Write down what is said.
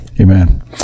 Amen